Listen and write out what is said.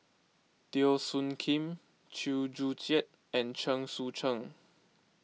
Teo Soon Kim Chew Joo Chiat and Chen Sucheng